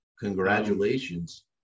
congratulations